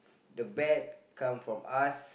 the bad come from us